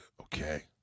okay